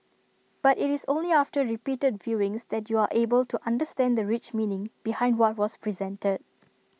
but IT is only after repeated viewings that you are able to understand the rich meaning behind what was presented